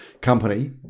company